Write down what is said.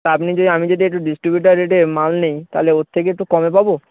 তা আপনি যদি আমি যদি একটু ডিস্টিবিউটার রেটে মাল নেই তাহলে ওর থেকে একটু কমে পাবো